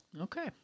Okay